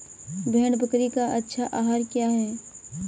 भेड़ बकरी का अच्छा आहार क्या है?